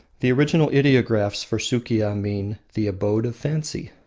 the original ideographs for sukiya mean the abode of fancy.